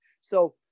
So-